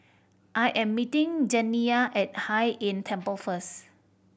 I am meeting Janiyah at Hai Inn Temple first